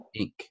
Inc